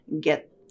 get